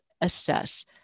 assess